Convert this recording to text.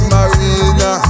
Marina